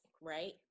right